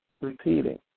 repeating